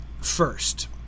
First